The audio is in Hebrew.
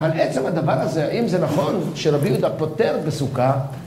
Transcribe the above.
‫על עצם הדבר הזה, האם זה נכון, ‫שרבי יהודה פוטר בסוכה...